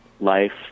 life